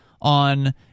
on